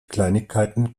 kleinigkeiten